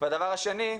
והדבר השני,